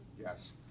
Yes